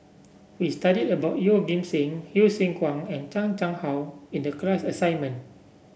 we studied about Yeoh Ghim Seng Hsu Tse Kwang and Chan Chang How in the class assignment